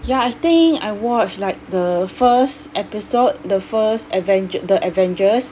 ya I think I watched like the first episode the first avenger~ the avengers